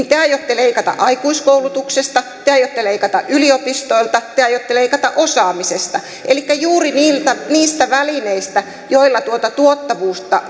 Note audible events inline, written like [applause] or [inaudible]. [unintelligible] te aiotte leikata aikuiskoulutuksesta te aiotte leikata yliopistoilta te aiotte leikata osaamisesta elikkä juuri niistä välineistä joilla tuota tuottavuutta [unintelligible]